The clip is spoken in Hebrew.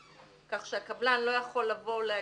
כך שהקבלן לא יכול לבוא ולהגיד,